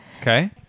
okay